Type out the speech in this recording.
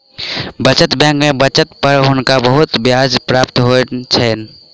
बचत बैंक में बचत पर हुनका बहुत ब्याज प्राप्त होइ छैन